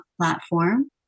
platform